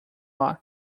lot